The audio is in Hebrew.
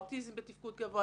אוטיזם בתפקוד גבוה,